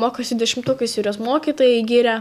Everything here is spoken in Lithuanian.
mokosi dešimtukais juos mokytojai giria